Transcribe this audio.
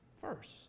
first